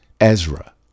Ezra